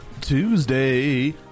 Tuesday